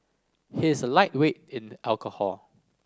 he is a lightweight in alcohol